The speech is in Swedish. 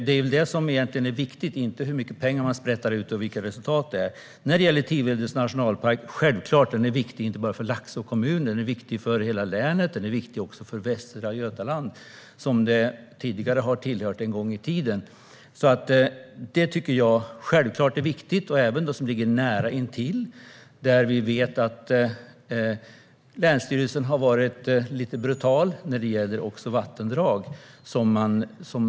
Det är väl det som egentligen är viktigt, inte hur mycket pengar vi sprätter ut. Tivedens nationalpark är självklart viktig, inte bara för Laxå kommun utan för hela länet och för Västra Götaland, som den tidigare har tillhört. Detta och andra områden som ligger där intill tycker jag självfallet är viktiga. Vi vet att länsstyrelsen har varit lite brutal när det gäller vattendrag i närheten.